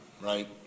right